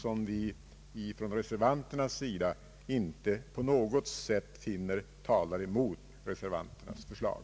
Vi kan inte finna att någonting har anförts som på något sätt talar mot reservanternas förslag.